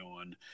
on